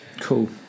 Cool